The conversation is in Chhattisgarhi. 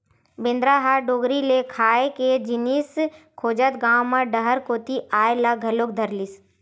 बेंदरा ह डोगरी ले खाए के जिनिस खोजत गाँव म डहर कोती अये ल घलोक धरलिस